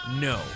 No